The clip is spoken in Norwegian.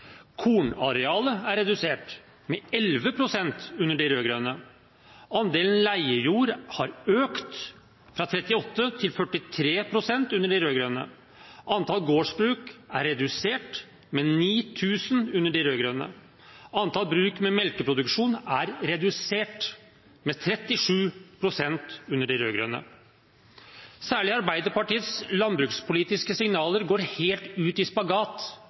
Kornarealet ble redusert med 11 pst. under de rød-grønne. Andelen leiejord økte fra 38 pst. til 43 pst. under de rød-grønne. Antall gårdsbruk ble redusert med 9 000 under de rød-grønne. Antall bruk med melkeproduksjon ble redusert med 37 pst. under de rød-grønne. Særlig Arbeiderpartiets landbrukspolitiske signaler går helt ut i spagat